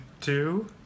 Two